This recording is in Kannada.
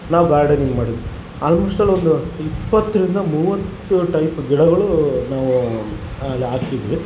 ನಾವು ಗಾರ್ಡನಿಂಗ್ ಮಾಡಿದ್ದು ಇಪ್ಪತ್ತರಿಂದ ಮೂವತ್ತು ಟೈಪ್ ಗಿಡಗಳು ನಾವು ಅಲ್ಲಿ ಹಾಕಿದ್ವಿ